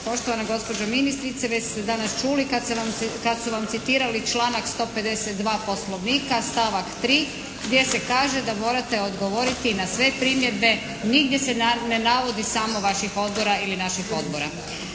Poštovana gospođo ministrice! Već ste danas čuli kad su vam citirali članak 152. Poslovnika stavak 3., gdje se kaže da morate odgovoriti na sve primjedbe. Nigdje se ne navodi samo vaših odbora ili naših odbora.